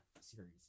series